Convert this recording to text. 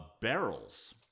barrels